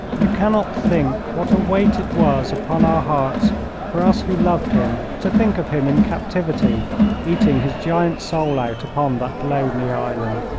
you cannot think what a weight it was upon our hearts for us who loved him to think of him in captivity eating his giant soul out upon that lonely island.